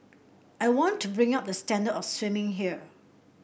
I want to bring up the standard of swimming here